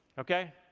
okay?